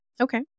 Okay